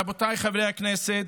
רבותיי חברי הכנסת,